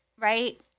right